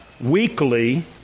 weekly